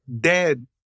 dead